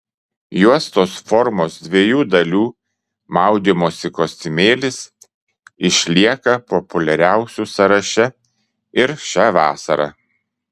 juostos formos dviejų dalių maudymosi kostiumėlis išlieka populiariausių sąraše ir šią vasarą